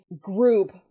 group